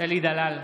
אלי דלל,